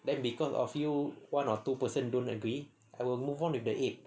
then because of you one or two person don't agree I will move on with the eight